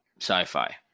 sci-fi